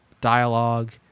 dialogue